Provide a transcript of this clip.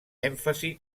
èmfasi